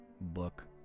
book